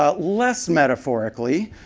ah less metaphorically,